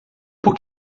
por